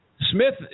Smith